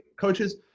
Coaches